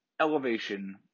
Elevation